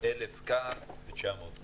כאן ו-900 כאן.